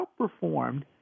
outperformed